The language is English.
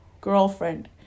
girlfriend